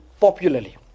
popularly